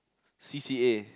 c_c_a